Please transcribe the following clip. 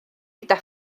gyda